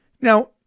Now